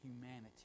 humanity